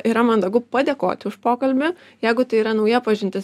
yra mandagu padėkoti už pokalbį jeigu tai yra nauja pažintis